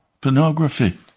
Pornography